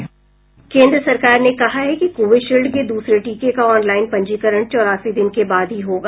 केन्द्र सरकार ने कहा है कि कोविशील्ड के दूसरे टीके का ऑनलाइन पंजीकरण चौरासी दिन के बाद ही होगा